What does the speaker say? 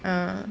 uh